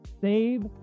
save